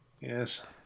yes